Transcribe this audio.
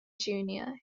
junior